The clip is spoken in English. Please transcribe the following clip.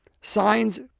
Signs